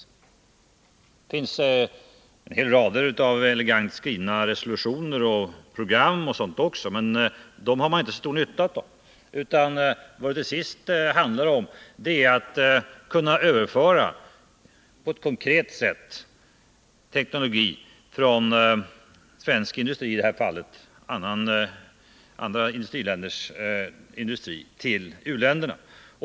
Det finns också en mängd elegant skrivna resolutioner, program och sådant, men detta har man inte stor nytta av. Vad det till sist handlar om är att på ett konkret sätt kunna överföra teknologi från i det här fallet svensk industri till u-länderna.